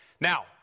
Now